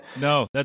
no